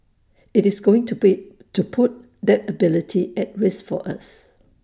IT is going to be to put that ability at risk for us